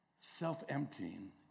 Self-emptying